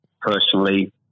personally